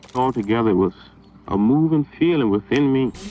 altogether was a moving feeling within me